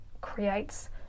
creates